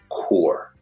core